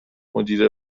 مدیره